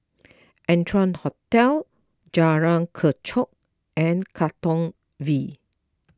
Arton Hotel Jalan Kechot and Katong V